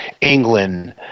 England